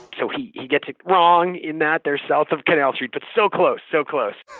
so, he he gets it wrong in that they're south of canal street, but so close! so close